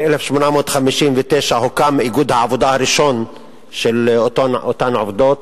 ב-1859 הוקם איגוד העבודה הראשון של אותן עובדות.